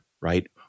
right